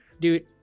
dude